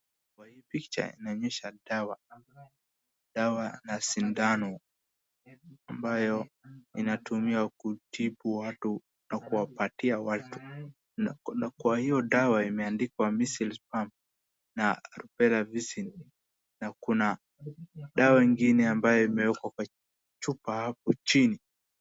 Kwa hii picha inaonyesha dawa, dawa na sindano ambayo inatumiwa kutibu watu na kuwapatia watu na kwa hiyo dawa imeandikwa measles, mumps na rubella vaccine na kuna dawa ingine ambayo imewekwa kwa chupa hapo chini.